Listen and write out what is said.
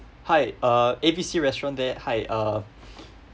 hi uh A B C restaurant there hi uh